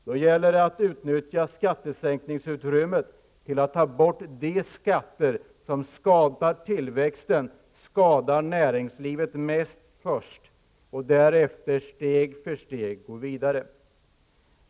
Då gäller det att utnyttja skattesänkningsutrymmet till att först ta bort de skatter som skadar tillväxten och skadar näringslivet mest och därefter steg för steg gå vidare.